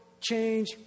change